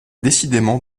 décidément